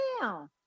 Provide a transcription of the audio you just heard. now